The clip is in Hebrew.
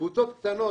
קבוצות קטנות,